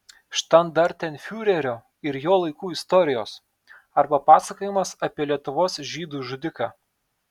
štandartenfiurerio ir jo laikų istorijos arba pasakojimas apie lietuvos žydų žudiką